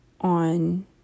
on